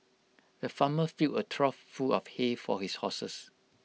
the farmer filled A trough full of hay for his horses